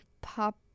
pop